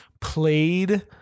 played